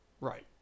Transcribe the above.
Right